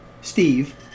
steve